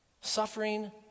Suffering